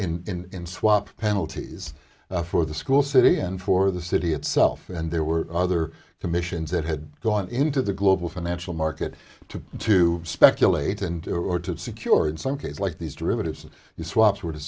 d swap penalties for the school city and for the city itself and there were other commissions that had gone into the global financial market to to speculate and or to secure in some cases like these derivatives you swaps were to